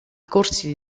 corsi